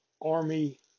army